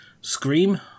scream